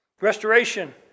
restoration